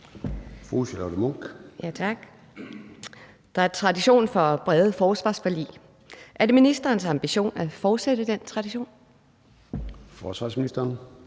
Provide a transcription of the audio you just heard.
Charlotte Munch (DD): Tak. Der er tradition for brede forsvarsforlig. Er det ministerens ambition at fortsætte den tradition? Kl.